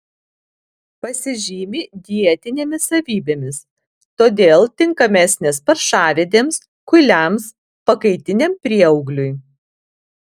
pasižymi dietinėmis savybėmis todėl tinkamesnės paršavedėms kuiliams pakaitiniam prieaugliui